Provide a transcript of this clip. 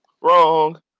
Wrong